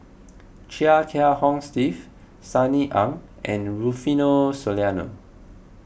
Chia Kiah Hong Steve Sunny Ang and Rufino Soliano